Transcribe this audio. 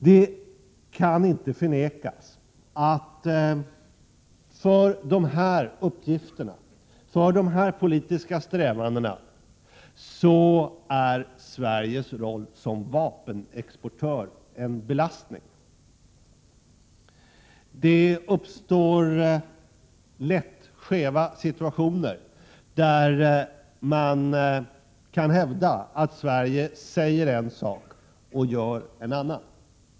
Det kan inte förnekas att Sveriges roll som vapenexportör är en belastning för dessa uppgifter och politiska strävanden. Det uppstår lätt skeva situationer där man kan hävda att Sverige säger en sak och gör en annan.